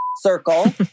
circle